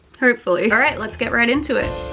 hopefully. all right, let's get right into it.